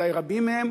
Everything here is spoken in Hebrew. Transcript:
אולי רבים מהם,